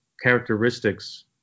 characteristics